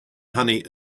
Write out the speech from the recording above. honey